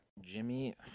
Jimmy